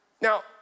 Now